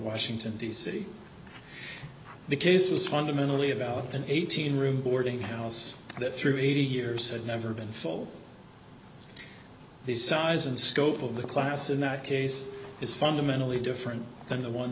washington d c the case was fundamentally about an eighteen room boarding house that through eighty years had never been full the size and scope of the class in that case is fundamentally different than the one